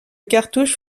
cartouche